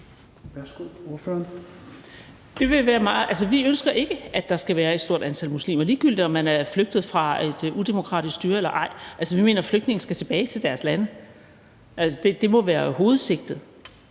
Vi ønsker ikke, at der skal være et stort antal muslimer, ligegyldigt om man er flygtet fra et udemokratisk styre eller ej. Altså, vi mener, at flygtninge skal tilbage til deres lande; det må være hovedsigtet.